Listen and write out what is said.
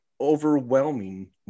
overwhelming